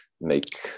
make